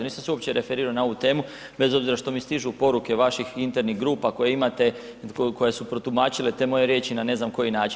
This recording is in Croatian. Nisam se uopće referirao na ovu temu bez obzira što mi stižu poruke vaših internih grupa koje imate, koje su protumačile te moje riječi na ne znam koji način.